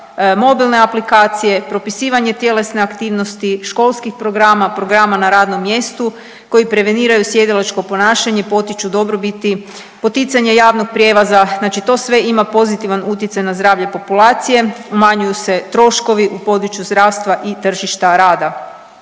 mobilne aplikacije, propisivanje tjelesne aktivnost školskih programa, programa na radnom mjestu koji preveniraju sjedilačko ponašanje potiču dobrobiti, poticanje javnog prijevoza znači to sve ima pozitivan utjecaj na zdravlje populacije, umanjuju se troškovi u području zdravstva i tržišta rada.